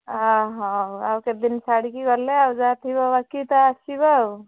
ହଉ କେତେଦିନ ଛାଡ଼ିକି ଗଲେ ଆଉ ଯାହା ଥିବ ବାକି ତ ଆସିବ ଆଉ